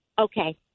Okay